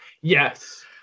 Yes